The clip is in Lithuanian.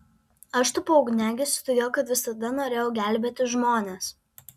aš tapau ugniagesiu todėl kad visada norėjau gelbėti žmones